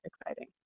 exciting